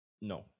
No